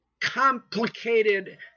complicated